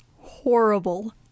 horrible